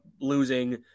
losing